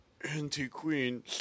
Anti-queen